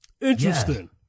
Interesting